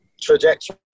trajectory